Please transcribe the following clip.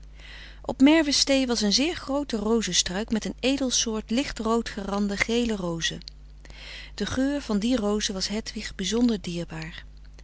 merwestee was een zeer groote rozestruik met een edel soort licht rood gerande gele rozen de geur van die rozen was hedwig bizonder dierbaar